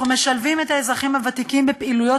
אנחנו משלבים את האזרחים הוותיקים בפעילויות